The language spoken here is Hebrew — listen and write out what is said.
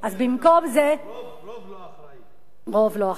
לא כנסת לא אחראית, רוב לא אחראי.